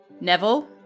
Neville